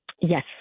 Yes